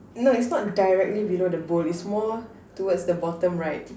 no it's not directly below the bowl it's more towards the bottom right